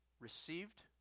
Received